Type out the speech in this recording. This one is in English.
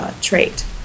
trait